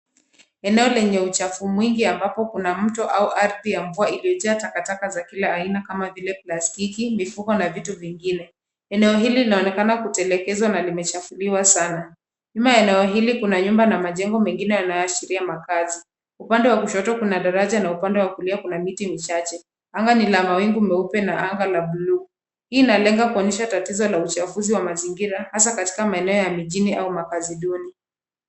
Eneo lenye uchafu mwingi, ambapo kuna mto au ardhi ya mvua iliyojaa takataka za kila aina, kama vile, plastiki, mifuko, na vitu vingine. Eneo hili linaonekana kutelekezwa na limechafuliwa sana. Nyuma ya eneo hili kuna nyumba na majengo mengine yanayoashiria makazi. Upande wa kushoto kuna daraja, na upande wa kulia kuna miti michache. Anga ni la mawingu meupe na anga la blue . Hii inalenga kuonyesha tatizo la uchafuzi wa mazingira, hasa katika maeneo ya mijini au makazi duni.